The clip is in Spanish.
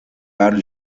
are